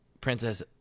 Princess